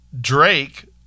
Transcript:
Drake